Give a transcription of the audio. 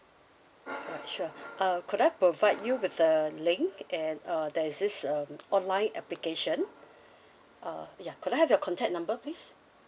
alright sure uh could I provide you with the link and err there is this um online application uh ya could I have your contact number please